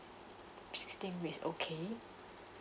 sixteen weeks okay